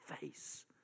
face